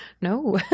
no